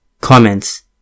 Comments